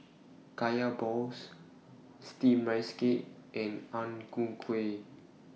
Kaya Balls Steamed Rice Cake and Ang Ku Kueh